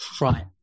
Right